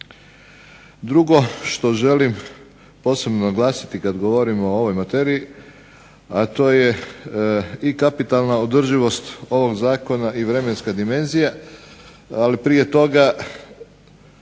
Drugo, što želim posebno naglasiti kada govorim o ovoj materiji a to je i kapitalna održivost ovog zakona i vremenske dimenzije. Ali prije toga